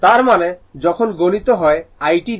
তার মানে যখন গুণিত হয় i t দিয়ে